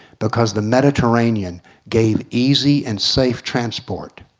because the mediterranean gave easy and safe transport.